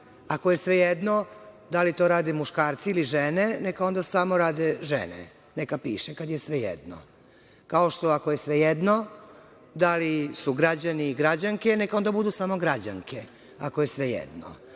ako je svejedno da li to rade muškarci ili žene, neka onda samo rade žene. Neka piše. kada je svejedno. Kao što. ako je svejedno da li su građani i građanke, neka onda budu samo građanke, ako je svejedno.